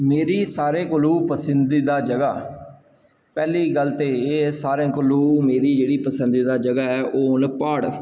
मेरी सारें कोलूं पसंदिदा जगह् पैह्ली गल्ल ते एह् ऐ सारें कोलूं मेरी जेह्ड़ी पसंदिदा जगह् ऐ ओह् न प्हाड़